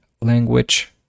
language